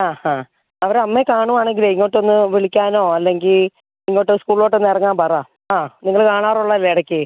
ആ ഹാ അവരെ അമ്മയെ കാണുവാണെങ്കിലേ ഇങ്ങോട്ട് ഒന്ന് വിളിക്കാനോ അല്ലെങ്കിൽ ഇങ്ങോട്ട് സ്കൂളിലോട്ട് ഒന്ന് ഇറങ്ങാൻ പറ ആ നിങ്ങൾ കാണാറുള്ളതല്ലേ ഇടയ്ക്ക്